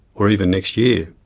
or even next year.